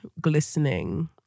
glistening